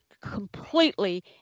completely